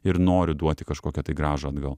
ir noriu duoti kažkokią tai grąžą atgal